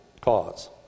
cause